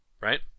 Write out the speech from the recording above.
right